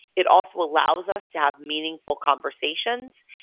it also allows us to have meaningful conversations,